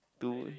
two